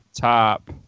top